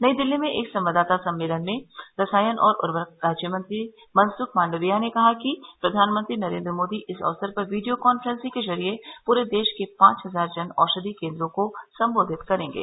नई दिल्ली में एक संवाददाता सम्मेलन में रसायन और उरर्वक राज्य मंत्री मनसुख मांडविया ने कहा कि प्रधानमंत्री नरेन्द्र मोदी इस अवसर पर वीडियो कांफ्रेंसिंग के जरिये पूरे देश के पांच हजार जन औषधि केन्द्रों को सम्बोधित करेंगे